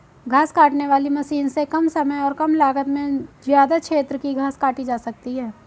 घास काटने वाली मशीन से कम समय और कम लागत में ज्यदा क्षेत्र की घास काटी जा सकती है